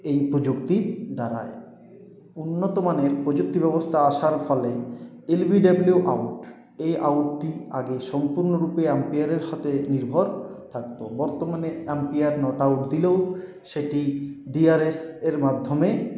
এই প্রযুক্তির দ্বারায় উন্নত মানের প্রযুক্তি ব্যবস্থা আসার ফলে এলবিডাবলু আউট এই আউটটি আগে সম্পূর্ণ রূপে আম্পায়ারের হাতে নির্ভর থাকতো বর্তমানে আম্পায়ার নট আউট দিলেও সেটি ডিআরএসের মাধ্যমে